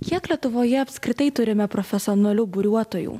kiek lietuvoje apskritai turime profesionalių buriuotojų